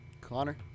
Connor